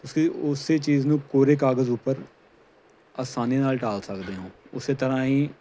ਤੁਸੀਂ ਉਸ ਚੀਜ਼ ਨੂੰ ਕੋਰੇ ਕਾਗਜ਼ ਉਪਰ ਆਸਾਨੀ ਨਾਲ ਟਾਲ ਸਕਦੇ ਹੋ ਉਸ ਤਰ੍ਹਾਂ ਹੀ